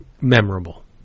memorable